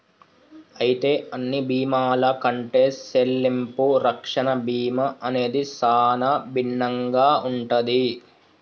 అయితే అన్ని బీమాల కంటే సెల్లింపు రక్షణ బీమా అనేది సానా భిన్నంగా ఉంటది